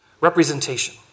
Representation